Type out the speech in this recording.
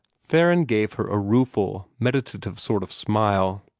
theron gave her a rueful, meditative sort of smile.